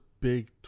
big